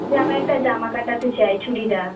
আমি একটা জামা কাটাতে চাই চুড়িদার